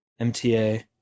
MTA